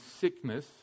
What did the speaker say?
sickness